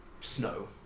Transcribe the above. snow